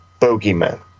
bogeyman